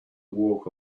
walk